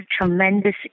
tremendous